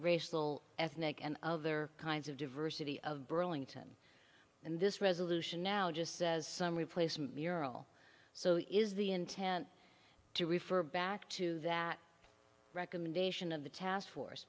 racial ethnic and other kinds of diversity of burlington and this resolution now just says some replacement mural so is the intent to refer back to that recommendation of the task force